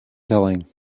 telling